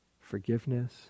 forgiveness